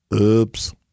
Oops